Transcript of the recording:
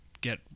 get